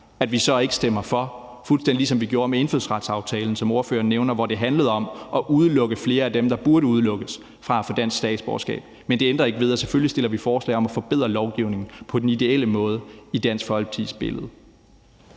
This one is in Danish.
så ikke stemmer for, fuldstændig som vi gjorde med indfødsretsaftalen, som ordføreren nævner, hvor det handlede om at udelukke flere af dem, der burde udelukkes fra at få dansk statsborgerskab. Men det ændrer ikke ved, at vi selvfølgelig fremsætter forslag om at forbedre lovgivningen på den i Dansk Folkepartis billede